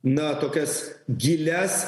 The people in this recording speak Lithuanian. na tokias gilias